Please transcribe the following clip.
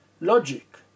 logic